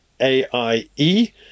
AIE